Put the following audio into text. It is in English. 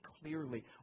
clearly